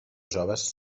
joves